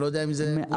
אני לא יודע אם זה בוצע.